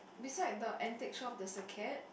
beside the antique shop there's a cat